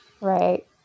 Right